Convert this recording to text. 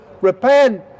Repent